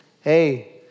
hey